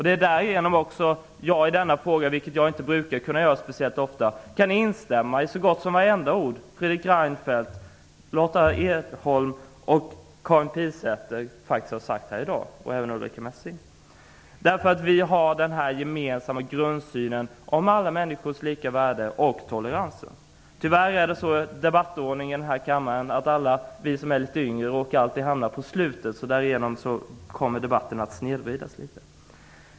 Det är därför som jag i denna fråga kan instämma i så gott som vartenda ord Fredrik Reinfeldt, Lotta Edholm, Karin Pilsäter och Ulrica Messing har sagt här i dag, vilket jag inte brukar kunna göra speciellt ofta. Vi har den gemensamma grundsynen om alla människors lika värde. Tyvärr är debattordningen här i kammaren sådan att alla vi som är litet yngre råkar hamna på slutet. Därför blir debatten litet snedvriden.